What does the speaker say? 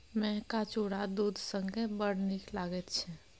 मेहका चुरा दूध संगे बड़ नीक लगैत छै